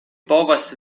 povas